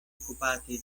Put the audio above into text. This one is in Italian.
occupati